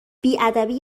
بیادبی